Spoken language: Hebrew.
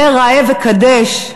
זה ראה וקדש,